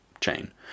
chain